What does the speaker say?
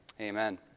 Amen